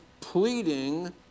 pleading